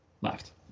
left